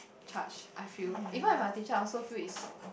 charge I feel even if I'm teacher I also feel is